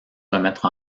remettre